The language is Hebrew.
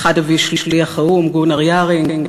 את האחד הביא שליח האו"ם גונאר יארינג,